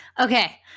Okay